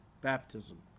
baptism